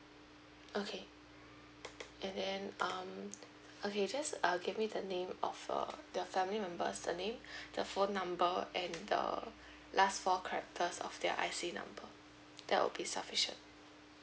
okay and then um okay just err give me the name of your the family members the name the phone number and the last four characters of their I_C number that will be sufficient